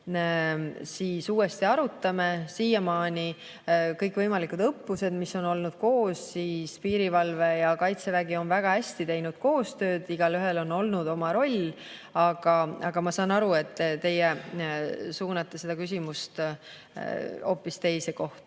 uuesti arutame. Siiamaani, kui kõikvõimalikud õppused on olnud koos, siis piirivalve ja Kaitsevägi on väga hästi teinud koostööd, igaühel on olnud oma roll. Aga ma saan aru, et teie suunate seda küsimust hoopis teise kohta.